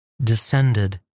descended